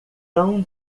tão